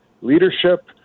leadership